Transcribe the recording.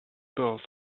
built